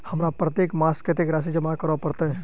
हमरा प्रत्येक मास कत्तेक राशि जमा करऽ पड़त?